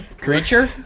creature